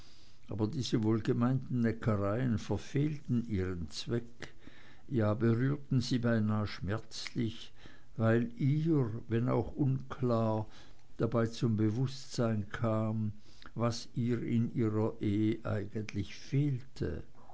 aber diese wohlgemeinten neckereien verfehlten ihren zweck ja berührten sie beinahe schmerzlich weil ihr wenn auch unklar dabei zum bewußtsein kam was ihr in ihrer ehe eigentlich fehlte